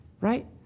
right